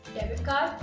debit card,